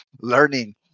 Learning